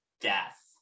death